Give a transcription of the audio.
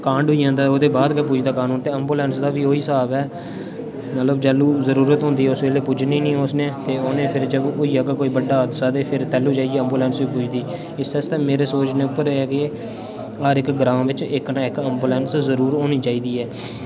कांड होई जंदा ते ओह्दे बाद गै पुज्जदा कानून ते एम्बुलेंस दा बी ओही स्हाब ऐ मतलब जैलूं जरूरत होंदी उस बैल्ले पूज्जनी निं उस ने ते उ'नें जैलूं होई आगा कोई बड्डा हादसा ते फिर तैलूं जाइयै एम्बुलेंस पुज्जदी इस आस्तै मेरे सोचने उप्पर ऐ के हर इक ग्रांऽ बिच इक ना इक एम्बुलेंस जरूर होनी चाहिदी ऐ